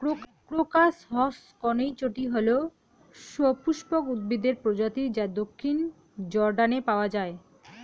crocus হসকনেইচটি হল সপুষ্পক উদ্ভিদের প্রজাতি যা দক্ষিণ জর্ডানে পাওয়া য়ায়